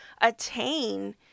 attain